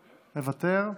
מוותר.